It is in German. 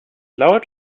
laut